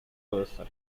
person